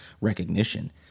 recognition